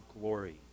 glory